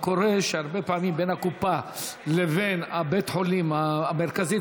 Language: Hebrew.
וקורה הרבה פעמים שבין הקופה לבין בית החולים המרכזי,